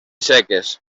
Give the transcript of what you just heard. seques